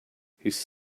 his